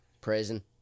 Prison